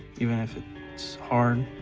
even if it's it's hard,